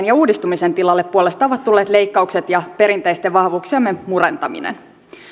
ja uudistumisen tilalle puolestaan ovat tulleet leikkaukset ja perinteisten vahvuuksiemme murentaminen